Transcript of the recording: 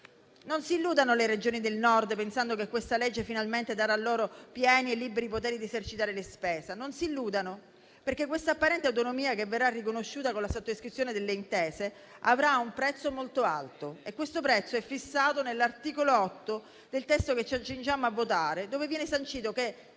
Non si illudano le Regioni del Nord, pensando che questa legge finalmente darà loro pieni e liberi poteri di esercitare la spesa, perché quest'apparente autonomia che verrà riconosciuta con la sottoscrizione delle intese avrà un prezzo molto alto, che è fissato nell'articolo 8 del testo che ci accingiamo a votare, in cui viene sancito che